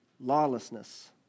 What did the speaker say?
lawlessness